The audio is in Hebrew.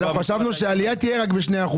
חשבנו שהעלייה תהיה רק ב-2%.